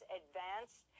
advanced